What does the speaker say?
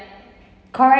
correct